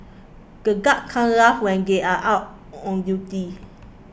the guards cant laugh when they are out on duty